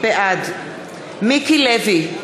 בעד מיקי לוי,